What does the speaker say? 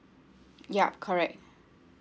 ya correct